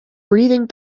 breathing